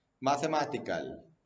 mathematical